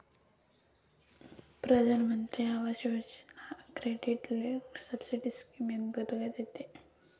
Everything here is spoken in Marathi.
प्रधानमंत्री आवास योजना क्रेडिट लिंक्ड सबसिडी स्कीम अंतर्गत येते